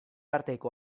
arteko